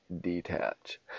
detach